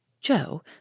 Joe